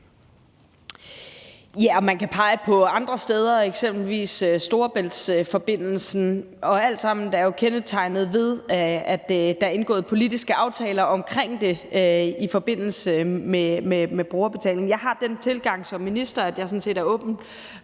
man kan pege på andre steder, eksempelvis Storebæltsforbindelsen, og alt sammen er jo kendetegnet ved, at der er indgået politiske aftaler omkring det i forbindelse med brugerbetalingen. Jeg har den tilgang som minister, at jeg sådan